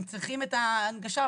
הם צריכים את ההנגשה,